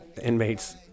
inmates